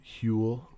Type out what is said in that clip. Huel